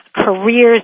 careers